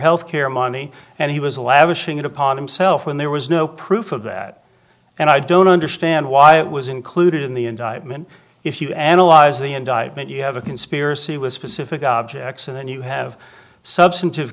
health care money and he was a lavishing it upon himself when there was no proof of that and i don't understand why it was included in the indictment if you analyze the indictment you have a conspiracy with specific objects and then you have substantive